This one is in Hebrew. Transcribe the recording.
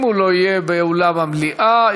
אם הוא לא יהיה באולם המליאה,